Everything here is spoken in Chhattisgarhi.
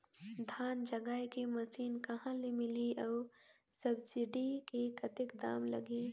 धान जगाय के मशीन कहा ले मिलही अउ सब्सिडी मे कतेक दाम लगही?